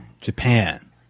Japan